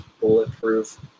bulletproof